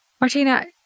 Martina